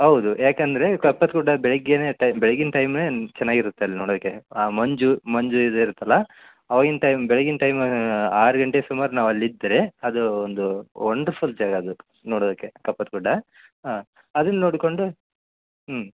ಹೌದು ಯಾಕೆ ಅಂದರೆ ಕಪ್ಪತ ಗುಡ್ಡ ಬೆಳಿಗ್ಗೆ ಟೈಮ್ ಬೆಳಗ್ಗಿನ ಟೈಮೆ ಚೆನ್ನಾಗಿರುತ್ತೆ ಅಲ್ಲಿ ನೋಡೋಕೆ ಆ ಮಂಜು ಮಂಜು ಇದು ಇರುತ್ತಲ್ಲ ಆವಾಗಿನ ಟೈಮ್ ಬೆಳ್ಗಿನ ಟೈಮ್ ಆರು ಗಂಟೆ ಸುಮಾರು ನಾವು ಅಲ್ಲಿ ಇದ್ದರೆ ಅದು ಒಂದು ವಂಡರ್ಫುಲ್ ಜಾಗ ಅದು ನೋಡೋದಕ್ಕೆ ಕಪ್ಪತ ಗುಡ್ಡ ಹಾಂ ಅದನ್ನು ನೋಡಿಕೊಂಡು ಹ್ಞೂ